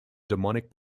demonic